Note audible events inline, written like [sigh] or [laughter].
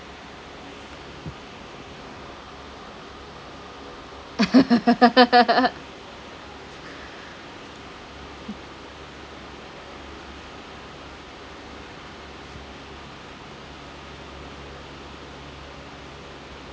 [laughs]